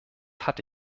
hatte